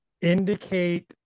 indicate